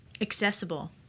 Accessible